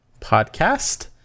podcast